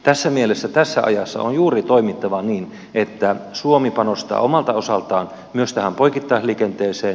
tässä mielessä tässä ajassa on juuri toimittava niin että suomi panostaa omalta osaltaan myös tähän poikittaisliikenteeseen